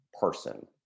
person